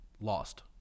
lost